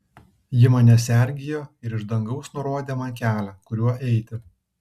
ji mane sergėjo ir iš dangaus nurodė man kelią kuriuo eiti